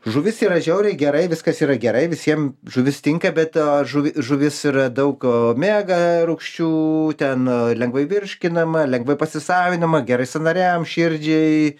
žuvis yra žiauriai gerai viskas yra gerai visiem žuvis tinka bet žuvi žuvis ir daug omega rūgščių ten lengvai virškinama lengvai pasisavinama gerai sąnariam širdžiai